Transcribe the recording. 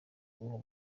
uwo